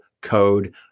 code